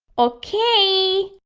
ok!